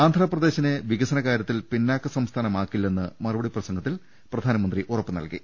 ആന്ധ്രാപ്രദേശിനെ വികസനകാര്യത്തിൽ പിന്നാക്ക സംസ്ഥാനമാക്കില്ലെന്ന് മറുപടി പ്രസംഗത്തിൽ പ്രധാനമന്ത്രി ഉറപ്പ് നൽകി